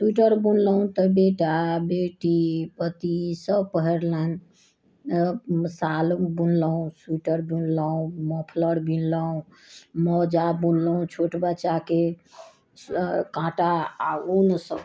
sweater बुनलहुँ तऽ बेटा बेटी पति ई सभ पहिरलनि साल बुनलहुँ स्वीटर बुनलहुँ मफलर बुनलहुँ मौजा बुनलहुँ छोट बच्चाके काँटा आ ऊनसँ